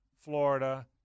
Florida